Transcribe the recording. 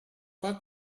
pas